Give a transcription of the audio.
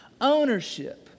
ownership